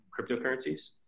cryptocurrencies